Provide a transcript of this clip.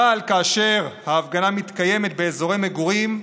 אבל כאשר ההפגנה מתקיימת באזורי מגורים,